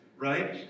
right